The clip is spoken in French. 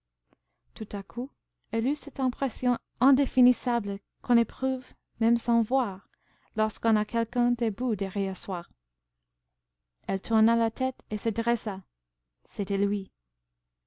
tout à coup elle eut cette impression indéfinissable qu'on éprouve même sans voir lorsqu'on a quelqu'un debout derrière soi elle tourna la tête et se dressa c'était lui